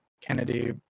Kennedy